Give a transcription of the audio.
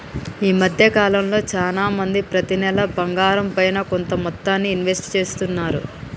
ఈ మద్దె కాలంలో చానా మంది ప్రతి నెలా బంగారంపైన కొంత మొత్తాన్ని ఇన్వెస్ట్ చేస్తున్నారు